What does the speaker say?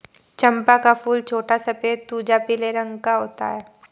चंपा का फूल छोटा सफेद तुझा पीले रंग का होता है